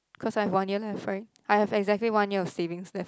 cause I've one year left right I've exactly one year of savings left